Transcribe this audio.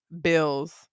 bills